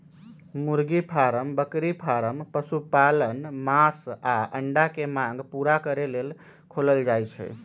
मुर्गी फारम बकरी फारम पशुपालन मास आऽ अंडा के मांग पुरा करे लेल खोलल जाइ छइ